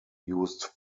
used